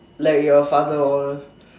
like your father all